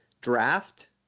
draft